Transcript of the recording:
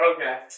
Okay